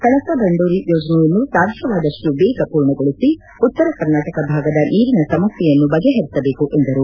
ಕಳಸ ಬಂಡೂರಿ ಯೋಜನೆಯನ್ನು ಸಾಧ್ಯವಾದಷ್ಟು ಬೇಗ ಪೂರ್ಣಗೊಳಿಸಿ ಉತ್ತರ ಕರ್ನಾಟಕ ಭಾಗದ ನೀರಿನ ಸಮಸ್ಯೆಯನ್ನು ಬಗೆ ಹರಿಸಬೇಕು ಎಂದರು